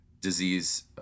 disease